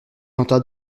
tenta